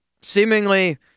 seemingly